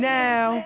now